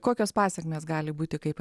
kokios pasekmės gali būti kai